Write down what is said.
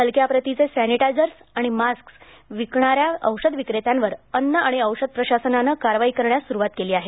हलक्या प्रतीचे सॅनिटायझर्स आणि मास्क विकणाऱ्या औषध विक्रेत्यांवर अन्न आणि औषध प्रशासनाने कारवाई करण्यास सुरुवात केली आहे